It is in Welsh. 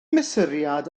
mesuriad